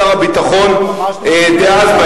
שר הביטחון דאז,